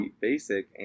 basic